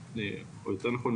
או יותר נכון,